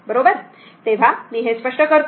तेव्हा मी हे स्पष्ट करतो